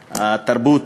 התרבות,